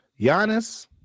Giannis